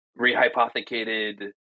rehypothecated